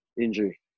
Injury